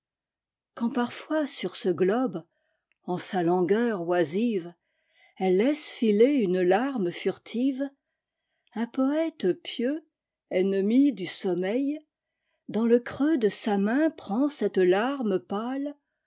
quand parfois sur ce globe en sa langueur oisive elle laisse filer une larme furiive un poète pieux ennemi du sommeil dans le creux de sa main prend celte larme pâle